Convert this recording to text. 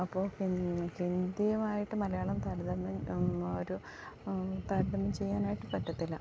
അപ്പോൾ ഇന്ന് ഹിന്ദിയുമായിട്ട് മലയാളം താരതമ്യം ഒരു താരതമ്യം ചെയ്യാനായിട്ട് പറ്റത്തില്ല